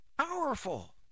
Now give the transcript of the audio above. Powerful